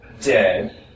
Dead